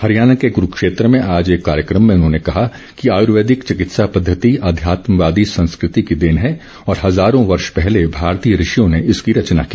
हरियाणा के कुरूक्षेत्र में आज एक कार्यक्रम में उन्होंने कहा कि आयुर्वेदिक चिकित्सा पद्वति अध्यात्मवादी संस्कृति की देन है और हज़ारों वर्ष पहले भारतीय ऋषियों ने इसकी रचना की